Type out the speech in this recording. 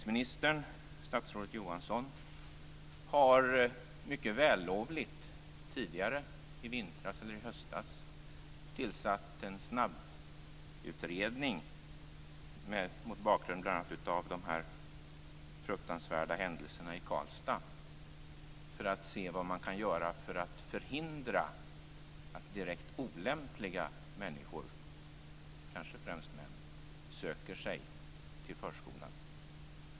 Skolministern, statsrådet Johansson, har mycket vällovligt tidigare - i höstas - tillsatt en snabbutredning mot bakgrund av de fruktansvärda händelserna i Karlstad för att se vad man kan göra för att förhindra att direkt olämpliga människor - kanske främst olämpliga män - söker sig till förskolan.